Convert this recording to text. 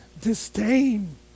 disdain